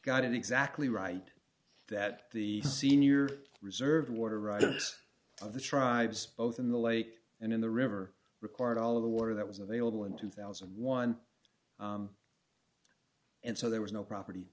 got it exactly right that the senior reserved water rights of the tribes both in the lake and in the river required all of the water that was available in two thousand and one and so there was no property